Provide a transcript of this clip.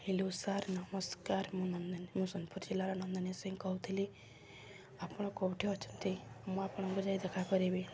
hello sir ନମସ୍କାର ମୁଁ ନନ୍ଦନୀ ମୁଁ ସୋନପୁର୍ ଜିଲ୍ଲାର ନନ୍ଦନୀ ସିଂ କହୁଥିଲି ଆପଣ କେଉଁଠି ଅଛନ୍ତି ମୁଁ ଆପଣଙ୍କୁ ଯାଇ ଦେଖା କରିବି